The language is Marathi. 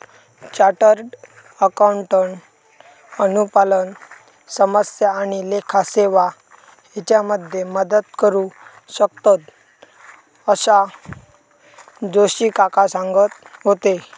चार्टर्ड अकाउंटंट अनुपालन समस्या आणि लेखा सेवा हेच्यामध्ये मदत करू शकतंत, असा जोशी काका सांगत होते